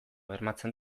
bermatzen